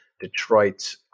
Detroit